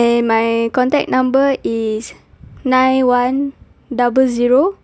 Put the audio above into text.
and my contact number is nine one double zero